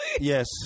Yes